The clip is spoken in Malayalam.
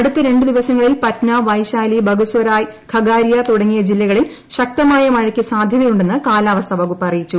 അടുത്ത രണ്ട് ദിവസങ്ങളിൽ പട്ന വൈശാലി ബഗുസ്വറായ് ഖഗാരിയ തുടങ്ങിയ ജില്ലകളിൽ ശക്തമായ മഴയ്ക്ക് സാധ്യതയുണ്ടെന്ന് കാലവാസ്ഥാ വകുപ്പ് അറിയിച്ചു